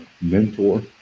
Mentor